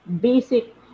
basic